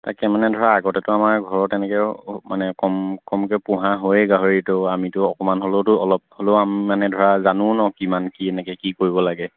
তাকে মানে ধৰা আগতেতো আমাৰ ঘৰত এনেকৈ মানে কম কমকৈ পোহা হয় গাহৰিতো আমিতো অকণমান হ'লেওতো অলপ হ'লেও আমি মানে ধৰা জানো ন কিমান কি এনেকৈ কি কৰিব লাগে